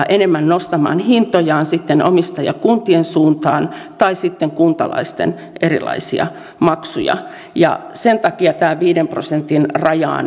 enemmän nostamaan hintojaan omistajakuntien suuntaan tai sitten kuntalaisten erilaisia maksuja sen takia tätä viiden prosentin rajaa